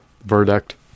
verdict